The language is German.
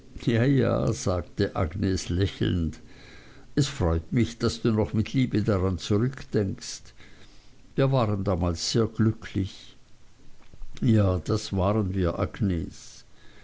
ja ja sagte agnes lächelnd es freut mich daß du noch mit liebe daran zurückdenkst wir waren damals sehr glücklich ja das waren wir agnes